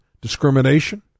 discrimination